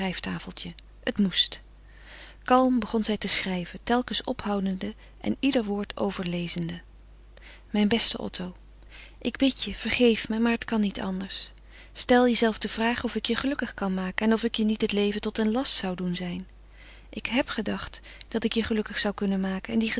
schrijftafeltje het moest kalm begon zij te schrijven telkens ophoudende en ieder woord overlezende mijn beste otto ik bid je vergeef mij maar het kan niet anders stel jezelven de vraag of ik je gelukkig kan maken en of ik je niet het leven tot een last zou doen zijn ik heb gedacht dat ik je gelukkig zou kunnen maken en die